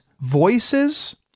voices